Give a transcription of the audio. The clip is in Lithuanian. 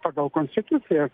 o pagal konstituciją